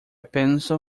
pencil